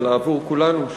אלא עבור כולנו,